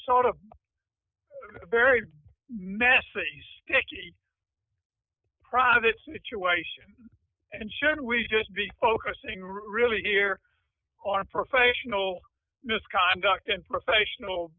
sort of a very messy sticky private situation and should we just be focusing really here are professional misconduct in professional